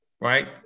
right